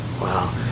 Wow